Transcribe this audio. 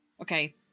Okay